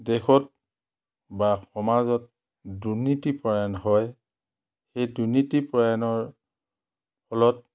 দেশত বা সমাজত দুৰ্নীতিপৰায়ণ হয় সেই দুৰ্নীতিপৰায়ণৰ ফলত